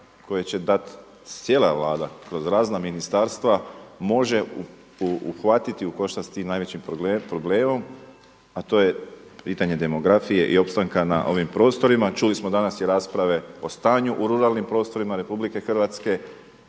koje će dati cijela Vlada kroz razna ministarstva može uhvatiti u koštac sa tim najvećim problemom a to je pitanje demografije i opstanka na ovim prostorima. Čuli smo danas i rasprave o stanju u ruralnim prostorima Republike Hrvatske.